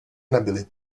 nebyly